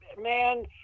man